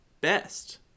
best